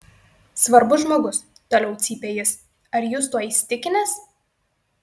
svarbus žmogus toliau cypė jis ar jūs tuo įsitikinęs